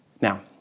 Now